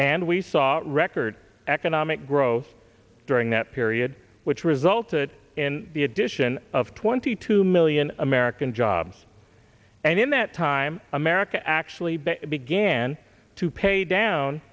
and we saw record economic growth during that period which resulted in the addition of twenty two million american jobs and in that time america actually began to pay down